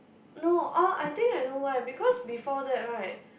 no orh I think I know why because before that right